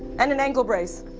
and an ankle brace.